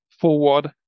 forward